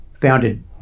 founded